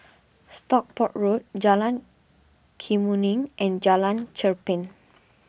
Stockport Road Jalan Kemuning and Jalan Cherpen